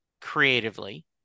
creatively